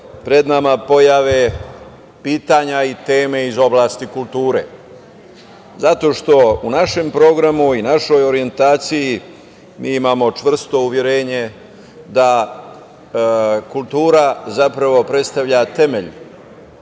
pred nama pojave pitanja i teme iz oblasti kulture. U našem programu i u našoj orjentaciji mi imamo čvrsto uverenje da kultura zapravo predstavlja temelj